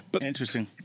Interesting